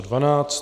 12.